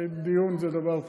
דיון זה דבר טוב.